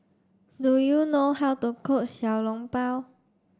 do you know how to cook Xiao Long Bao